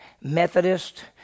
Methodist